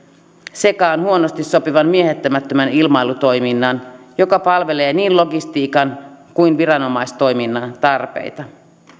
sekaan huonosti sopivan miehittämättömän ilmailutoiminnan joka palvelee niin logistiikan kuin viranomaistoiminnan tarpeita